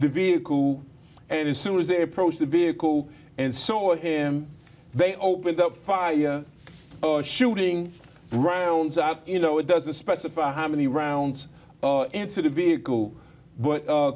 the vehicle and as soon as they approached the vehicle and saw him they opened up fire for shooting rounds out you know it doesn't specify how many rounds into the vehicle